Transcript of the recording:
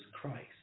Christ